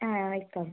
ಹಾಂ ಆಯಿತಾ